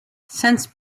since